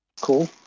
cool